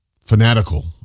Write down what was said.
fanatical